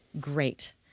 great